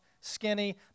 skinny